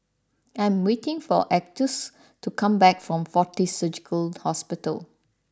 I am waiting for Atticus to come back from Fortis Surgical Hospital